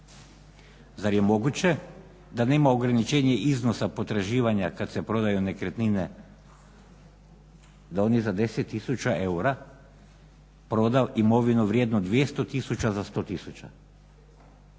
Zar je moguće da nema ograničenje iznosa potraživanja kada se prodaju nekretnine da oni za 10 tisuća eura prodao imovinu vrijednu 200 tisuća za 100